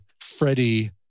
Freddie